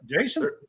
Jason